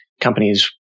companies